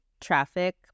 traffic